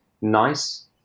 nice